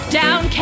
down